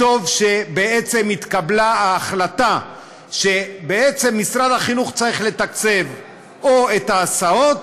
טוב שבעצם התקבלה ההחלטה שמשרד החינוך צריך לתקצב או את ההסעות,